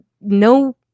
no